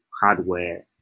hardware